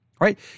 Right